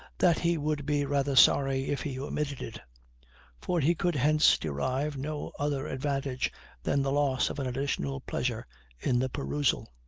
that he would be rather sorry if he omitted it for he could hence derive no other advantage than the loss of an additional pleasure in the perusal.